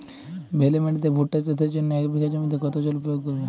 বেলে মাটিতে ভুট্টা চাষের জন্য এক বিঘা জমিতে কতো জল প্রয়োগ করব?